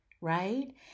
right